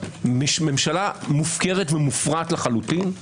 ממשלה מופקרת ומופרעת לחלוטין.